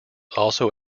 also